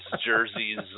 jerseys